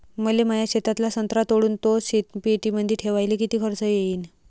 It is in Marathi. मले माया शेतातला संत्रा तोडून तो शीतपेटीमंदी ठेवायले किती खर्च येईन?